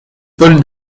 paul